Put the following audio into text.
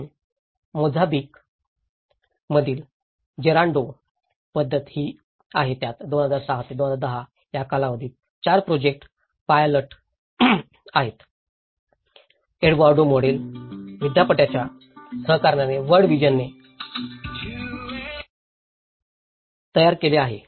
म्हणूनच मोझांबिक मधील जेरान्डो पध्दत ही आहे ज्यात 2006 ते 2010 या कालावधीत 4 प्रोजेक्ट पायलट केलेल्या एड्वार्डो मोंडाले विद्यापीठाच्या सहकार्याने वर्ल्ड व्हिजनने तयार केले आहेत